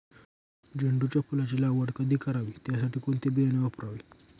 झेंडूच्या फुलांची लागवड कधी करावी? त्यासाठी कोणते बियाणे वापरावे?